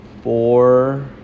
four